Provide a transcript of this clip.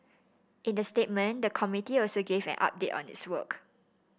in the statement the committee also gave an update on its work